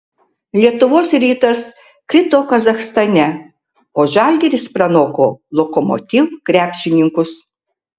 lietuvos rytas krito kazachstane o žalgiris pranoko lokomotiv krepšininkus